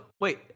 Wait